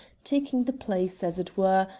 taking the place, as it were,